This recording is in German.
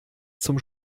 zum